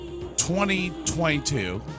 2022